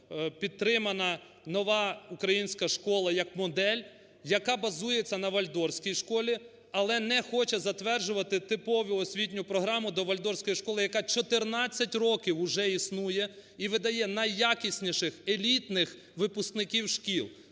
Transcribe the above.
підтримана нова українська школа як модель, яка базується на Вальдорфській школі, але не хоче затверджувати типову освітню програму до Вальдорфської школи, яка 14 років уже існує і видає найякісніших елітних випускників шкіл.